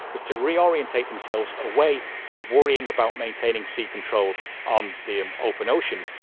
was to reorientate themselves away from worrying about maintaining sea control on the and open oceans,